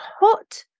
hot